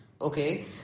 Okay